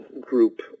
group